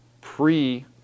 Pre